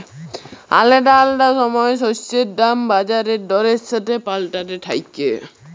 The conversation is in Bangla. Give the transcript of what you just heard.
আলাদা আলাদা সময় শস্যের দাম বাজার দরের সাথে পাল্টাতে থাক্যে